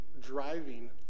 driving